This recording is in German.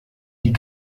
die